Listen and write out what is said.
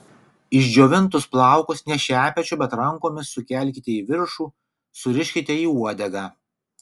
išdžiovintus plaukus ne šepečiu bet rankomis sukelkite į viršų suriškite į uodegą